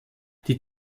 die